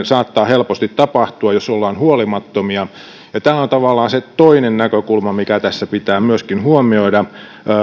saattaa helposti tapahtua jos ollaan huolimattomia ja tämä on tavallaan se toinen näkökulma mikä tässä pitää myöskin huomioida